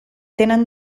tenen